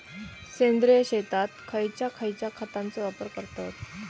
सेंद्रिय शेतात खयच्या खयच्या खतांचो वापर करतत?